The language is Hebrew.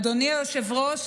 אדוני היושב-ראש,